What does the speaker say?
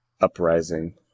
uprising